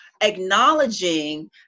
acknowledging